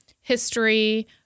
history